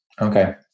Okay